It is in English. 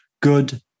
good